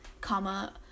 comma